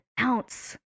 ounce